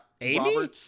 Amy